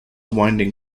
winding